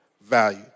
value